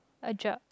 a jug